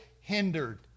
Hindered